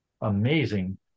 amazing